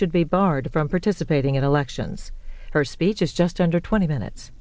should be barred from participating in elections her speech is just under twenty minutes